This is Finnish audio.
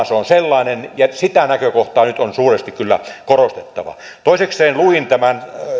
se on sellainen ja sitä näkökohtaa nyt on suuresti kyllä korostettava toisekseen luin tämän